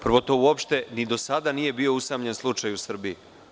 Prvo, to uopšte ni do sada nije bio usamljen slučaj u Srbiji.